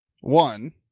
One